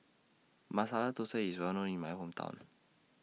Masala Thosai IS Well known in My Hometown